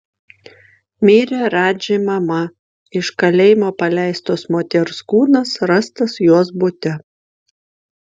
mirė radži mama iš kalėjimo paleistos moters kūnas rastas jos bute